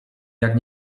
jak